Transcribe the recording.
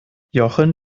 jochen